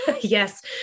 Yes